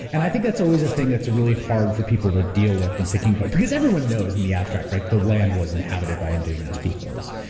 and i think that's always a thing that's really hard for people to deal with when thinking about. but because everyone knows in the abstract like the land was inhabited by indigenous peoples,